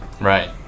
Right